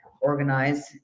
organize